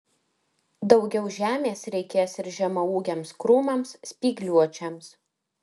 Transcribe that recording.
daugiau žemės reikės ir žemaūgiams krūmams spygliuočiams